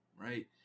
Right